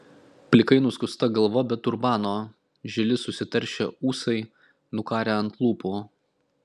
plikai nuskusta galva be turbano žili susitaršę ūsai nukarę ant lūpų